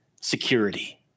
security